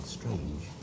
strange